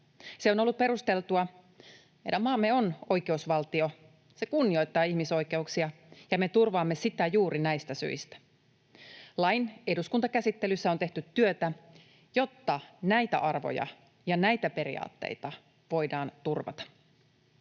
Se on ollut perusteltua. Meidän maamme on oikeusvaltio, se kunnioittaa ihmisoikeuksia, ja me turvaamme sitä juuri näistä syistä. Lain eduskuntakäsittelyssä on tehty työtä, jotta näitä arvoja ja näitä periaatteita voidaan turvata.